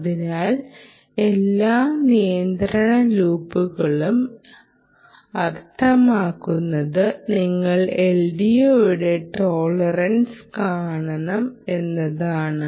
അതിനാൽ എല്ലാ നിയന്ത്രണ ലൂപ്പുകളും അർത്ഥമാക്കുന്നത് നിങ്ങൾ LDOയുടെ ടോളറൻസ് കാണണം എന്നാണ്